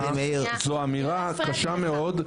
זו אמירה קשה מאוד,